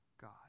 God